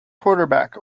quarterback